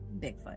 Bigfoot